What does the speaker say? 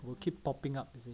will keep popping up